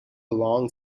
long